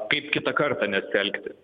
kaip kitą kartą nesielgti